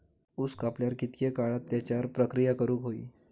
ऊस कापल्यार कितके काळात त्याच्यार प्रक्रिया करू होई?